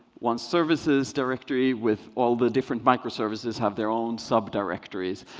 one services directory with all the different microservices, have their own subdirectories.